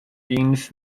deans